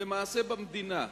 למעשה במדינה,